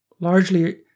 largely